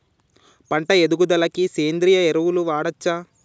పంట ఎదుగుదలకి సేంద్రీయ ఎరువులు వాడచ్చా?